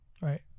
right